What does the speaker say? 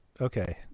okay